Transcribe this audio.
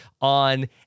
on